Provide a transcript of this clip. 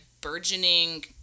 burgeoning